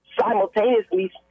simultaneously